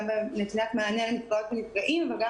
גם במתן מענה לנפגעות ולנפגעים וגם